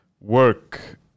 work